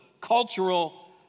cultural